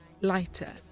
lighter